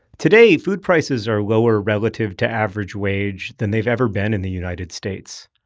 today, food prices are lower relative to average wage than they've ever been in the united states,